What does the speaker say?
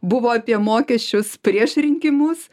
buvo apie mokesčius prieš rinkimus